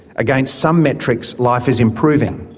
against some metrics, life is improving.